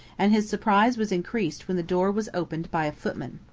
and his surprise was increased when the door was opened by a footman.